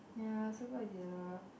ya support